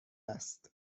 است